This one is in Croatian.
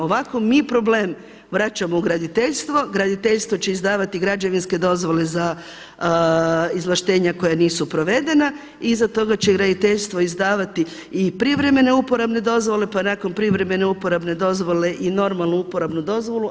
Ovako mi problem vraćamo u graditeljstvo, graditeljstvo će izdavati građevinske dozvole za izvlaštenja koja nisu provedena i iza toga će graditeljstvo izdavati i privremene uporabne dozvole pa nakon privremene uporabne dozvole i normalnu uporabnu dozvolu.